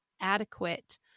adequate